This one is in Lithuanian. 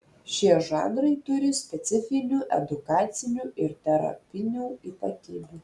šie žanrai turi specifinių edukacinių ir terapinių ypatybių